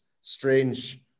strange